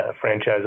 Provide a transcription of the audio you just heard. franchise